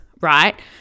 right